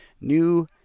new